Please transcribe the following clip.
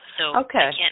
Okay